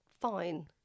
fine